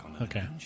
Okay